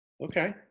Okay